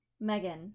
Megan